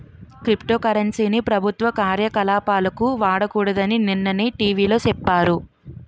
crypto currency ని ప్రభుత్వ కార్యకలాపాలకు వాడకూడదని నిన్ననే టీ.వి లో సెప్పారు